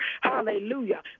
Hallelujah